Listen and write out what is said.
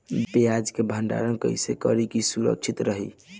प्याज के भंडारण कइसे करी की सुरक्षित रही?